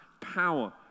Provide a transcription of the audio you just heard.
power